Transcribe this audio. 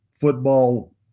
football